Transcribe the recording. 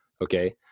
Okay